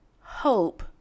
hope